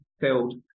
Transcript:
filled